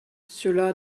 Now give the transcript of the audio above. cela